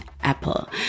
apple